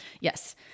Yes